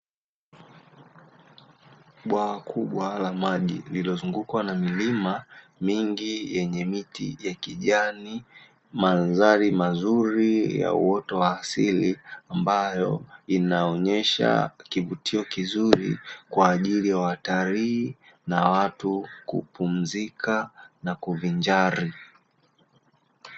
Bwawa kubwa la maji lililozungukwa na milima mingi yenye miti ya kijani madhari mazuri ya uoto wa asili, ambayo inaonyesha kivutio kizuri kwa ajili ya watalii na watu kupumzika na kuvinjari.